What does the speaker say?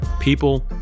people